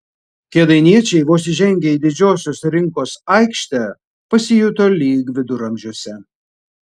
kėdainiečiai vos įžengę į didžiosios rinkos aikštę pasijuto lyg viduramžiuose